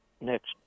next